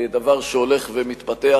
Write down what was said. דבר שהולך ומתפתח,